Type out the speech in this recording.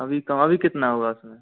अभी कितना हुआ है उसमें